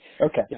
Okay